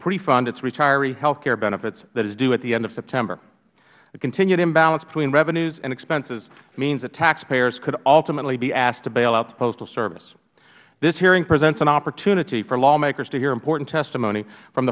pre fund its retiree health care benefits that is due at the end of september the continued imbalance between revenues and expenses means the taxpayers could ultimately be asked to bail out the postal service this hearing presents an opportunity for lawmakers to hear important testimony from